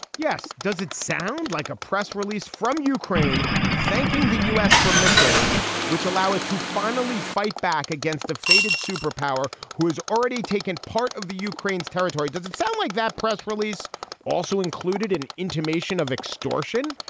yes. does it sound like a press release from ukraine thanking the u s. for missiles which allow it to finally fight back against a faded superpower who has already taken part of the ukraine's territory? does it sound like that press release also included an intimation of extortion?